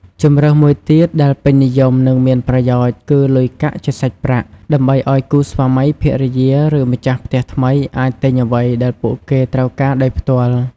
ជម្រើសមួយទៀតដែលពេញនិយម និងមានប្រយោជន៍គឺ លុយកាក់ជាសាច់ប្រាក់ ដើម្បីឱ្យគូស្វាមីភរិយា ឬម្ចាស់ផ្ទះថ្មីអាចទិញអ្វីដែលពួកគេត្រូវការដោយផ្ទាល់។